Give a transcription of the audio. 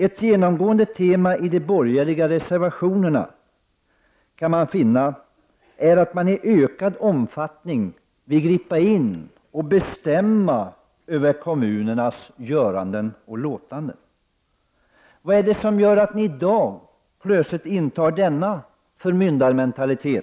Ett genomgående tema i de borgerliga reservationerna är att man i ökad omfattning vill gripa in och bestämma över kommunernas göranden och låtanden. Vad är det som gör att ni plötsligt intar denna förmyndarattityd